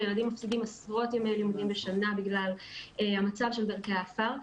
ילדים מפסידים עשרות ימי לימודים בשנה בגלל המצב של דרכי העפר,